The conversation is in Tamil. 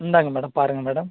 இந்தாங்க மேடம் பாருங்க மேடம்